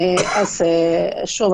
שוב,